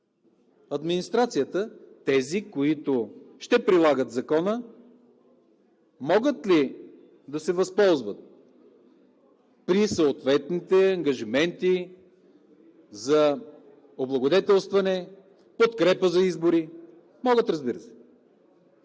администрацията – тези, които ще прилагат Закона, могат ли да се възползват и съответните ангажименти за облагодетелстване, подкрепа за избори? Могат, разбира